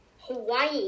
Hawaii